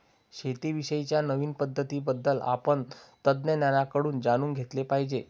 शेती विषयी च्या नवीन पद्धतीं बद्दल आपण तज्ञांकडून जाणून घेतले पाहिजे